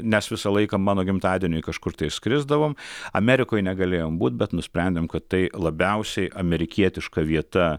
nes visą laiką mano gimtadieniui kažkur tai skrisdavom amerikoj negalėjom būt bet nusprendėm kad tai labiausiai amerikietiška vieta